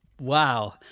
Wow